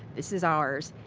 this is ours.